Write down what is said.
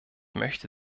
möchte